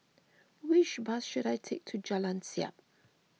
which bus should I take to Jalan Siap